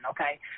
okay